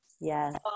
yes